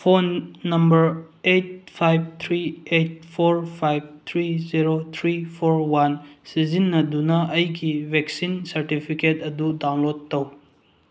phone number eight five three eight four five three zero three four one ꯁꯤꯖꯤꯟꯅꯗꯨꯅ ꯑꯩꯒꯤ vaccine certificate ꯑꯗꯨ download ꯇꯧ